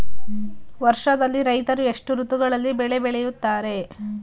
ವರ್ಷದಲ್ಲಿ ರೈತರು ಎಷ್ಟು ಋತುಗಳಲ್ಲಿ ಬೆಳೆ ಬೆಳೆಯುತ್ತಾರೆ?